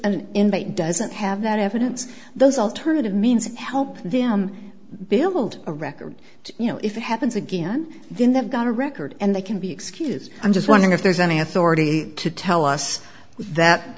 an invite doesn't have that evidence those alternative means help them build a record you know if it happens again then they've got a record and they can be excused i'm just wondering if there's any authority to tell us that